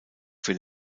für